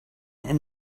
and